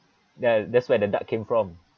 that that's where the duck came from